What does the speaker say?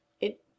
It